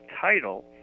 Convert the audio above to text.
title